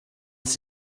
ist